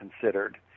considered